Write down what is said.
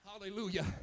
hallelujah